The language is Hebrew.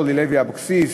אורלי לוי אבקסיס,